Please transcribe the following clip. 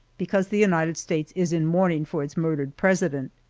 because the united states is in mourning for its murdered president.